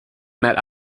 met